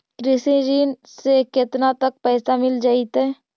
कृषि ऋण से केतना तक पैसा मिल जइतै?